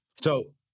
So-